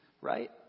Right